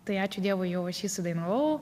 tai ačiū dievui jau aš jį sudainavau